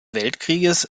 weltkrieges